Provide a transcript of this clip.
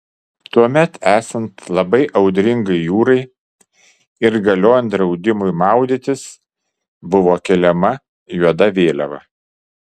tuomet esant labai audringai jūrai ir galiojant draudimui maudytis buvo keliama juoda vėliava